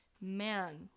Man